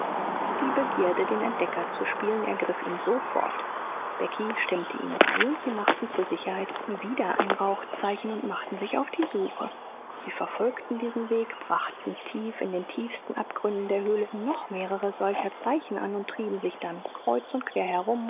die begierde den entdecker zu spielen ergriff ihn sofort becky stimmte ihm bei und sie machten zur sicherheit wieder ein rauchzeichen und machten sich auf die suche sie verfolgten diesen weg brachten tief in den tiefsten abgründen der höhle noch mehrere solche zeichen an und trieben sich dann kreuz und quer herum